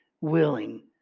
willing